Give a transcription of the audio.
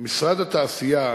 משרד התעשייה,